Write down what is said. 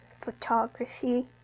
photography